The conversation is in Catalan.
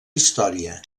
història